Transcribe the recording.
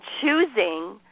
choosing